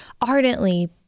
ardently